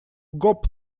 гоп